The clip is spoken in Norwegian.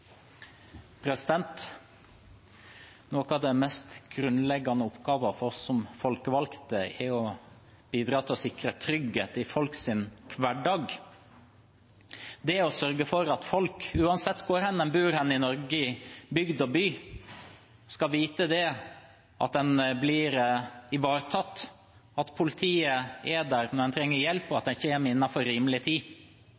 å bidra til å sikre trygghet i folks hverdag. Det er å sørge for at folk, uansett hvor hen en bor i Norge, i bygd og by, skal vite at en blir ivaretatt, at politiet er der når en trenger hjelp, og